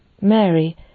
Mary